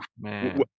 man